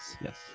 yes